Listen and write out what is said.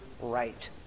right